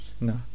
No